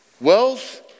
Wealth